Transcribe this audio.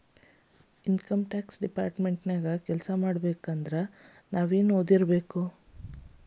Income tax department ನ್ಯಾಗ್ ಕೆಲ್ಸಾಮಾಡ್ಬೇಕಂದ್ರ ನಾವೇನ್ ಒದಿರ್ಬೇಕು?